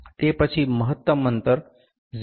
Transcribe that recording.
તે પછી મહત્તમ અંતર 0